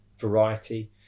variety